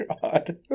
god